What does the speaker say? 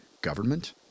government